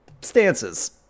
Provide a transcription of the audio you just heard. stances